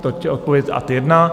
Toť odpověď ad 1.